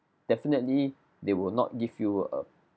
definitely they will not give you a